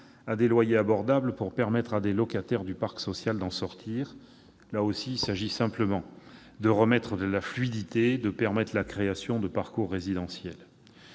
à des loyers abordables pour permettre à des locataires de sortir du parc social. Il s'agit simplement de remettre de la fluidité, de permettre la création de parcours résidentiels.